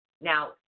Now